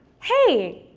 hey!